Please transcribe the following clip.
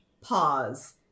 pause